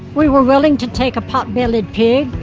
we were willing to take a potbellied pig.